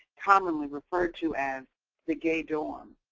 commonly referred to as the gay dorm.